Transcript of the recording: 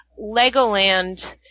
Legoland